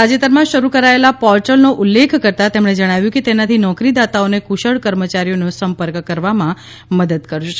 તાજેતરમાં શરૂ કરાયેલા પોર્ટલનો ઉલ્લેખ કરતાં તેમણે જણાવ્યું કે તેનાથી નોકરીદાતાઓને કુશળ કર્મચારીઓનો સંપર્ક કરવામાં મદદ કરશે